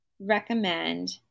recommend